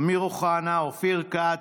אמיר אוחנה, אופיר כץ,